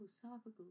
philosophical